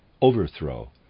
overthrow